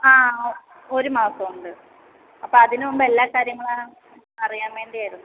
ആ ഒരു മാസം ഉണ്ട് അപ്പോൾ അതിന് മുമ്പ് എല്ലാ കാര്യങ്ങളും അറിയാൻ വേണ്ടിയായിരുന്നു